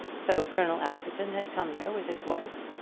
so colonel askerton had come there with his wife,